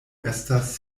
estas